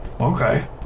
Okay